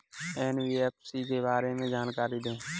NBFC के बारे में जानकारी दें?